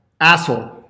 Asshole